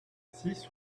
six